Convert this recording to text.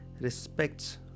respects